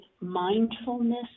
mindfulness